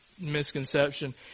misconception